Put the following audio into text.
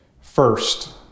First